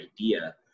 idea